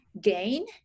gain